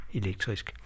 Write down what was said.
elektrisk